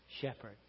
shepherd